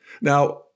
Now